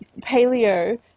paleo